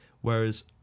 whereas